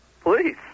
Please